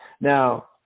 Now